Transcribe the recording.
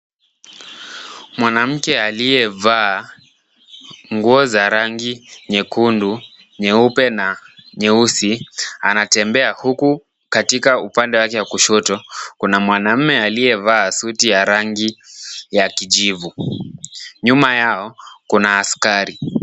Mwanamke aliyevaa nguo za rangi nyekundu, nyeupe na nyeusi, anatembea huku katika upande wake wa kushoto, kuna mwanamume aliyevaa suti ya rangi ya kijivu. Nyuma yao kuna askari,